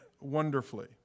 wonderfully